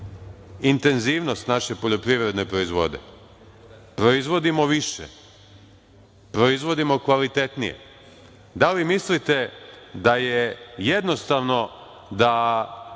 intenzivnost naše poljoprivredne proizvodnje i proizvodimo više, proizvodimo kvalitetnije. Da li mislite da je jednostavno da